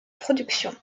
production